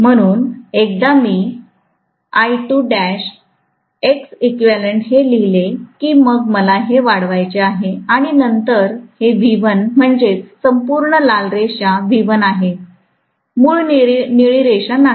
म्हणून एकदा मीहे लिहीले की मग मला हे वाढवायचे आहे आणि नंतर हे V1 म्हणजेच संपूर्ण लाल रेषा V1 आहे मूळ निळी रेषा नाही